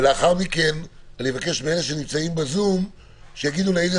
ולאחר מכן אבקש מאלה שנמצאו בזום שיגידו לאיזה